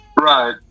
Right